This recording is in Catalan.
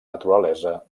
naturalesa